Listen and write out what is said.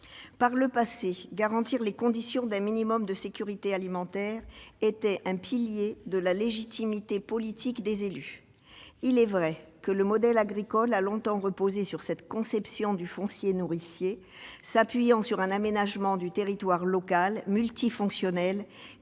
Par le passé, garantir les conditions d'une sécurité alimentaire minimale était un pilier de la légitimité politique des élus. Il est vrai que notre modèle agricole a longtemps reposé sur une conception du foncier nourricier, s'appuyant sur un aménagement multifonctionnel